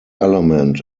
element